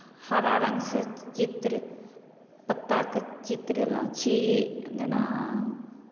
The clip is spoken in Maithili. हरा रङ्गसँ चित्र पत्ताके चित्र देलहुँ छी जेना